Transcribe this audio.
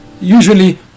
usually